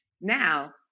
Now